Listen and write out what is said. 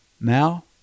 now